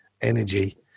energy